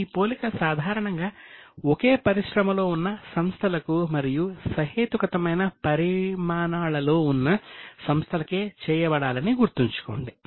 ఈ పోలిక సాధారణంగా ఒకే పరిశ్రమలో ఉన్న సంస్థలకు మరియు సహేతుకమైన పరిమాణాలలో ఉన్న సంస్థలకే చేయబడాలని గుర్తుంచుకోండి